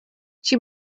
she